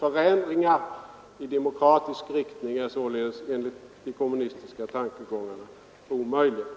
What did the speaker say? Förändringar i demokratisk riktning är således enligt de kommunistiska tankegångarna omöjliga.